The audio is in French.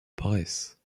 bresse